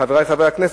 חברי חברי הכנסת,